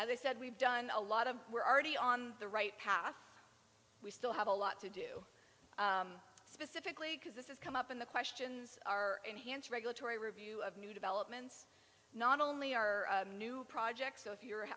i said we've done a lot of we're already on the right path we still have a lot to do specifically because this is come up in the questions our enhanced regulatory review of new developments not only are new projects so if you're